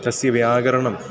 तस्य व्याकरणं